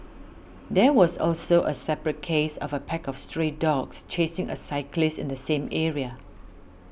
there was also a separate case of a pack of stray dogs chasing a cyclist in the same area